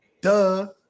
Duh